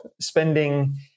spending